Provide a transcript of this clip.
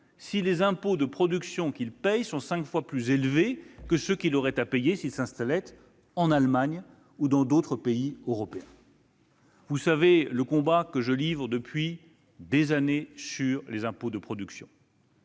si les impôts de production qu'il y paie sont cinq fois plus élevés que ceux qu'il devrait acquitter s'il s'installait en Allemagne ou dans d'autres pays européens. Vous connaissez le combat que je livre depuis des années sur les impôts de production.